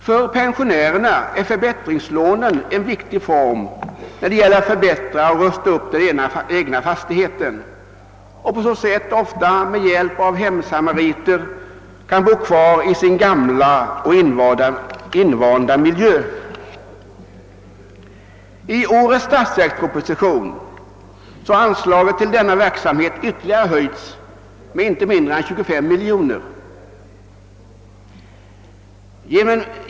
För pensionärerna är förbättringslånen ett viktigt hjälpmedel när det gäller att förbättra och rusta upp den egna fastigheten och på så sätt, ofta med bistånd av hemsamariter, kunna bo kvar i den gamla och invanda miljön. I årets statsverksproposition har anslaget till denna verksamhet höjts med inte mindre än 25 miljoner kronor.